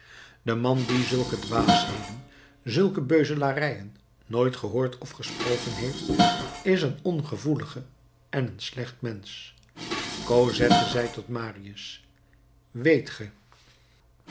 de man die zulke dwaasheden zulke beuzelarijen nooit gehoord of gesproken heeft is een ongevoelige en een slecht mensch cosette zeide tot marius weet ge